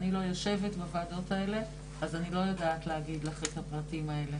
אני לא יושבת בוועדות האלה אז אני לא יודעת לומר לך את הפרטים האלה.